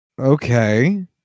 Okay